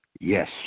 yes